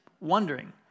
wondering